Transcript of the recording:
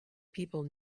people